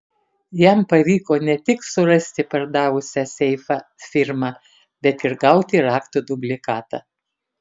jam pavyko ne tik surasti pardavusią seifą firmą bet ir gauti raktų dublikatą